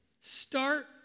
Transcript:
Start